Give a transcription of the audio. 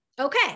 Okay